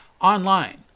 online